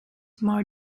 more